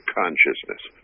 consciousness